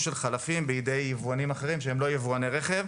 של חלפים בידי יבואנים אחרים שהם לא יבואני רכב.